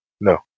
No